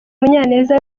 munyaneza